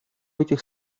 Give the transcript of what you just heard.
этих